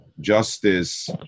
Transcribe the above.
justice